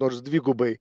nors dvigubai